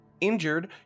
Injured